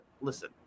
listen